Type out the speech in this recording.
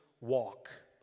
walk